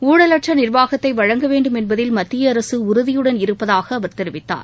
ஊழலற்ற நிர்வாகத்தை வழங்க வேண்டும் என்பதில் மத்திய அரசு உறுதியுடன் இருப்பதாக அவர் தெரிவித்தார்